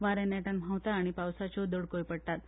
वारें नेटान व्हांवता आनी पावसाच्यो दडको पडटात